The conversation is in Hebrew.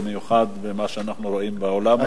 ובמיוחד במה שאנחנו רואים בעולם הזה.